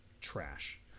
trash